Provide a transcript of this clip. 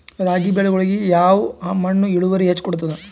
ರಾಗಿ ಬೆಳಿಗೊಳಿಗಿ ಯಾವ ಮಣ್ಣು ಇಳುವರಿ ಹೆಚ್ ಕೊಡ್ತದ?